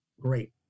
Great